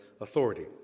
authority